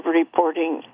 reporting